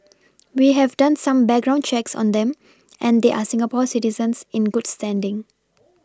we have done some background checks on them and they are Singapore citizens in good standing